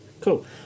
Cool